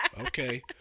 okay